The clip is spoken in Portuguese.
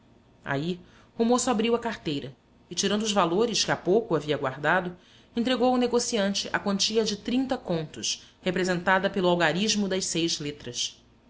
aí o moço abriu a carteira e tirando os valores que há pouco havia guardado entregou ao negociante a quantia de representada pelo algarismo das seis letras